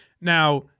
Now –